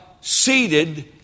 seated